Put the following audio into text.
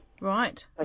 Right